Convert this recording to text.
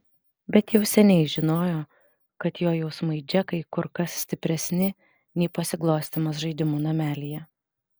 bet jau seniai žinojo kad jo jausmai džekai kur kas stipresni nei pasiglostymas žaidimų namelyje